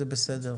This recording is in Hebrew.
זה בסדר.